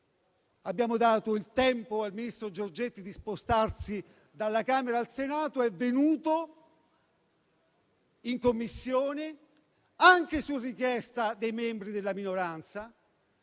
abbiamo dato il tempo al ministro Giorgetti di spostarsi dalla Camera al Senato e di arrivare in Commissione bilancio, anche su richiesta dei membri della minoranza.